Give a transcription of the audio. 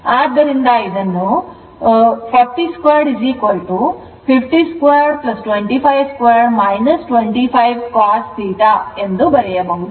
ಆದ್ದರಿಂದ ಇದನ್ನು 402 502 252 25cos theta ಎಂದು ಬರೆಯಬಹುದು